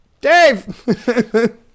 Dave